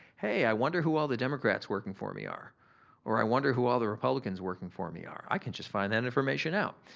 hey, i wonder who all the democrats working for me are or i wonder who all the republicans working for me are. i can just find that information out.